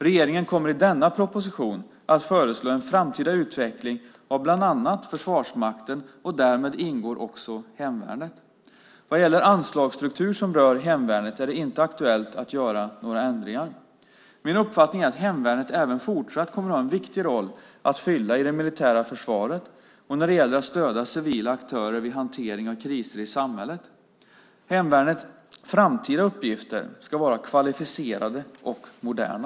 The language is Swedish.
Regeringen kommer i denna proposition att föreslå en framtida utveckling av bland annat Försvarsmakten, och däri ingår också hemvärnet. Vad gäller den anslagsstruktur som berör hemvärnet är det inte aktuellt att göra några ändringar. Min uppfattning är att hemvärnet även fortsatt kommer att ha en viktig roll att fylla i det militära försvaret och när det gäller att stödja civila aktörer vid hantering av kriser i samhället. Hemvärnets framtida uppgifter ska vara kvalificerade och moderna.